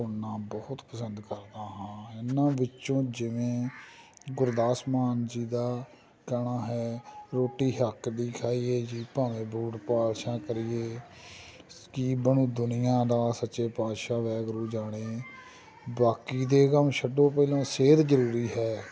ਸੁਣਨਾ ਬਹੁਤ ਪਸੰਦ ਕਰਦਾ ਹਾਂ ਇਹਨਾ ਵਿੱਚੋਂ ਜਿਵੇਂ ਗੁਰਦਾਸ ਮਾਨ ਜੀ ਦਾ ਕਹਿਣਾ ਹੈ ਰੋਟੀ ਹੱਕ ਦੀ ਖਾਈਏ ਜੀ ਭਾਵੇਂ ਬੂਟ ਪਾਲਸ਼ਾ ਕਰੀਏ ਕੀ ਬਣੂ ਦੁਨੀਆਂ ਦਾ ਸੱਚੇ ਪਾਤਸ਼ਾਹ ਵਾਹਿਗੁਰੂ ਜਾਣੇ ਬਾਕੀ ਦੇ ਕੰਮ ਛੱਡੋ ਪਹਿਲਾਂ ਸਿਹਤ ਜ਼ਰੂਰੀ ਹੈ